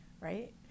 right